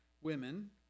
women